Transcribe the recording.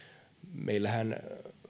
meillähän